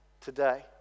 today